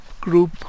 group